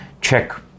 check